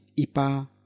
ipa